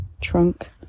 trunk